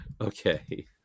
Okay